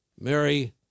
Mary